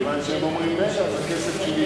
מכיוון שהם אומרים: רגע,